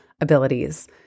abilities